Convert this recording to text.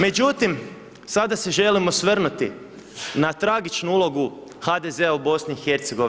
Međutim, sada se želim osvrnuti na tragičnu ulogu HDZ-a u BIH.